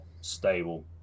stable